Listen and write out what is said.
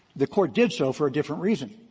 the court did so for a different reason.